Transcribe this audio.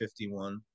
51